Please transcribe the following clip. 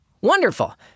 Wonderful